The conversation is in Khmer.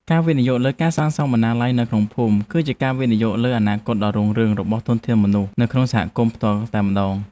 ការវិនិយោគលើការសាងសង់បណ្ណាល័យនៅក្នុងភូមិ គឺជាការវិនិយោគលើអនាគតដ៏រុងរឿងរបស់ធនធានមនុស្សនៅក្នុងសហគមន៍ផ្ទាល់តែម្តង។